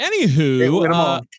Anywho